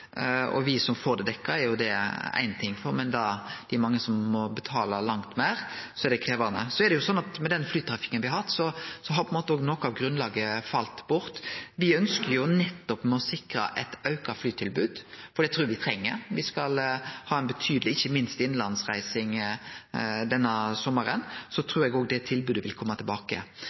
som får det dekt, er éin ting, men for dei mange som må betale langt meir, er det krevjande. Så er det sånn at med den flytrafikken me har hatt, har på ein måte òg noko av grunnlaget falle bort. Me ønskjer nettopp å sikre eit auka flytilbod, for det trur me me treng. Me skal ikkje minst ha betydeleg innanlandsreising denne sommaren, så eg trur det tilbodet òg vil kome tilbake.